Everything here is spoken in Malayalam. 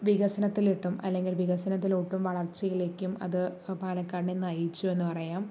വികസനത്തിലിട്ടും അല്ലെങ്കിൽ വികസനത്തിലോട്ടും വളർച്ചയിലേക്കും അത് പാലക്കാടിനെ നയിച്ചു എന്ന് പറയാം